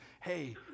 hey